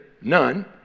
none